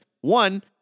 One